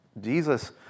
Jesus